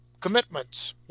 commitments